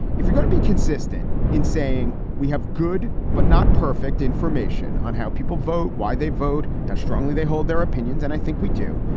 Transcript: if you're going to be consistent in saying we have good but not perfect information on how people vote, why they vote, how strongly they hold their opinions, and i think we do,